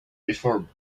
before